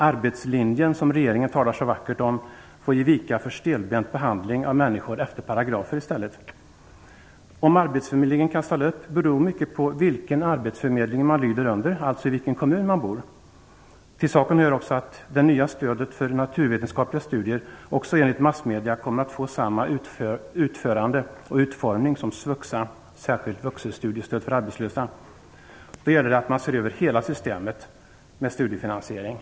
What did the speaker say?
Arbetslinjen, som regeringen talar så vackert om, får ge vika för stelbent behandling av människor efter paragrafer. Om arbetsförmedlingen kan ställa upp beror mycket på vilken arbetsförmedling man lyder under, alltså vilken kommun man bor i. Till saken hör också att det nya stödet för naturvetenskapliga studier också, enligt massmedierna, kommer att få samma utformning som SVUXA. Då gäller det att man ser över hela systemet med studiefinansieringen.